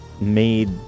made